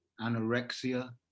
anorexia